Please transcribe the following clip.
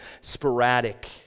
sporadic